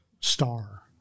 star